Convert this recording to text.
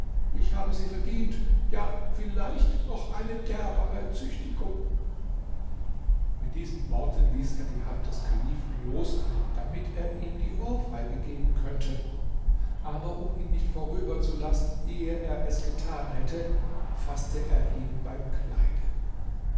ich habe sie verdient ja vielleicht noch eine derbere züchtigung mit diesen worten ließ er die hand des kalifen los damit er ihm die ohrfeige geben könnte aber um ihn nicht vorüber zu lassen ehe er es getan hätte faßte er ihn beim kleide